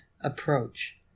approach